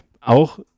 auch